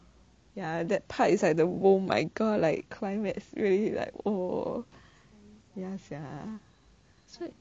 ya that part is like the !whoa! my god like climax really like oh